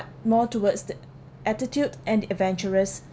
more towards the attitude and the adventurous